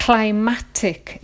Climatic